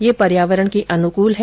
ये पर्यावरण के अनुकुल है